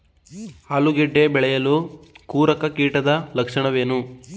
ಆಲೂಗೆಡ್ಡೆ ಬೆಳೆಯಲ್ಲಿ ಕೊರಕ ಕೀಟದ ಲಕ್ಷಣವೇನು?